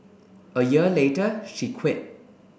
a year later she quit